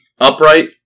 upright